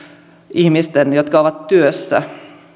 ihmisten jotka ovat työssä